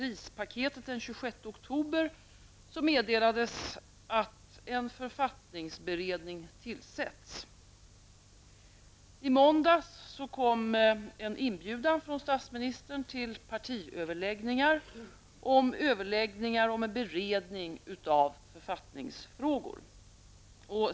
I I måndags kom en inbjudan från statsministern till partiöverläggningar om överläggningar om en beredning av författningsfrågor.